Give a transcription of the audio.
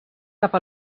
cap